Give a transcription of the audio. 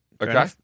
Okay